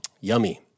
Yummy